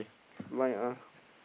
blind ah